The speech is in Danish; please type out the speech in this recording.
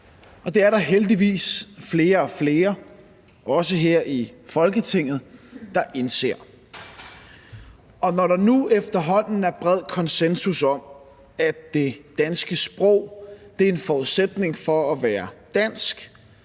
Og det er der heldigvis flere og flere også her i Folketinget, der indser. Og når der nu efterhånden er bred konsensus om, at det danske sprog er en forudsætning for at være dansk,